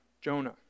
Jonah